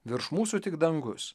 virš mūsų tik dangus